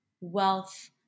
wealth